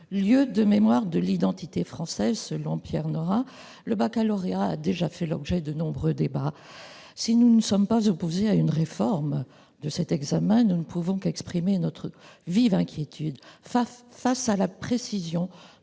lieu de mémoire de l'identité française », selon Pierre Nora, le baccalauréat a fait l'objet de nombreux débats. Si nous ne sommes pas opposés à une réforme de cet examen, nous ne pouvons qu'exprimer notre vive inquiétude face à l'imprécision